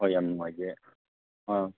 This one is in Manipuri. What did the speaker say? ꯍꯣꯏ ꯌꯥꯝ ꯅꯨꯡꯉꯥꯏꯖꯩ ꯑꯥ